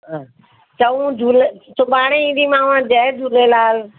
चऊं झूले सुभाणे ईंदीमांव जय झूलेलाल